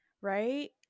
right